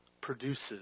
produces